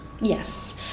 Yes